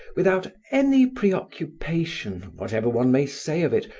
without any preoccupation, whatever one may say of it,